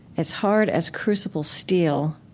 as hard as crucible steel,